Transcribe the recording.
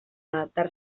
adaptar